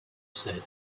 said